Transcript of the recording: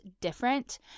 different